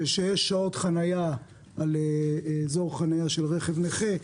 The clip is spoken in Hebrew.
שיש שעות חניה על אזור חניה של רכב נכה,